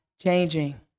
changing